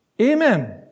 Amen